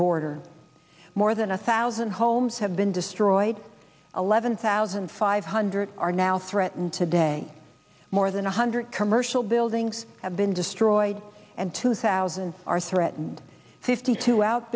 border more than a thousand homes have been destroyed eleven thousand five hundred are now threatened today more than one hundred commercial buildings have been destroyed and two thousand are threatened fifty two out